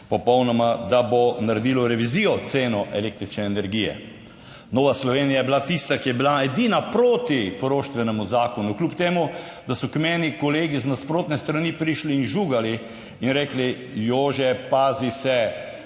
popolnoma, da bo naredilo revizijo cen električne energije. Nova Slovenija je bila tista, ki je bila edina proti poroštvenemu zakonu, kljub temu, da so k meni kolegi z nasprotne strani prišli in žugali in rekli, Jože pazi se,